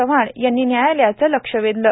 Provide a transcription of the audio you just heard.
चव्हाण यांनी न्यायालयाचे लक्ष वेधले